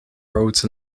roads